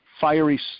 fiery